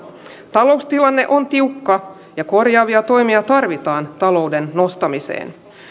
taloustilanne on tiukka ja korjaavia toimia tarvitaan talouden nostamiseen